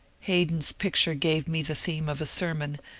haydon's picture gave me the theme of a sermon,